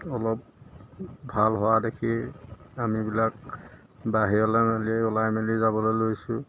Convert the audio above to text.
অলপ ভাল হোৱা দেখি আমিবিলাক বাহিৰলৈ মেলি ওলাই মেলি যাবলৈ লৈছোঁ